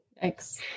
Thanks